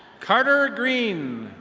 carter green.